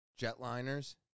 jetliners